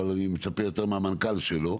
אבל אני מצפה יותר מהמנכ"ל שלו,